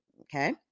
Okay